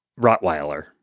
Rottweiler